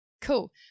cool